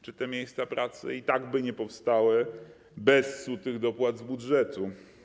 Czy te miejsca pracy i tak by nie powstały bez sutych dopłat z budżetu?